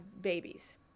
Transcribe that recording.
babies